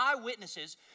eyewitnesses